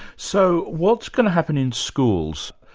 so what's going to happen in schools?